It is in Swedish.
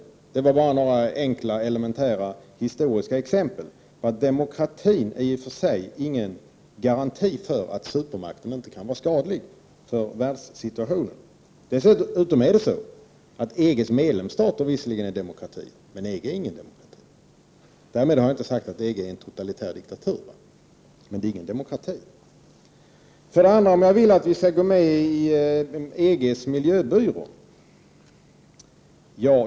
Detta var bara några enkla, elementära, historiska exempel på att demokrati i och för sig inte är någon garanti för att supermakten inte kan vara skadlig för världssituationen. Visserligen är EG:s medlemsstater demokratier, men EG är ingen demokrati. Därmed har jag inte sagt att EG är en totalitär diktatur. För det andra undrade Margaretha af Ugglas om jag vill att Sverige skall gå med i EG:s miljöbyrå.